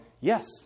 Yes